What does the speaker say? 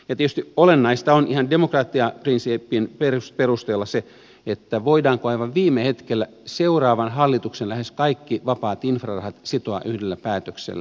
tietysti olennaista on ihan demokratiaprinsiipin perusteella se voidaanko aivan viime hetkellä seuraavan hallituksen lähes kaikki vapaat infrarahat sitoa yhdellä päätöksellä